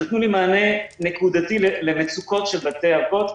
שנתנו לי מענה נקודתי למצוקות של בתי אבות.